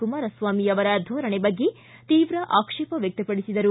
ಕುಮಾರಸ್ವಾಮಿ ಅವರ ಧೋರಣೆ ಬಗ್ಗೆ ತೀವ್ರ ಆಕ್ಷೇಪ ವ್ಯಕ್ತಪಡಿಸಿದರು